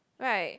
right